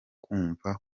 kumva